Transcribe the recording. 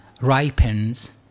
ripens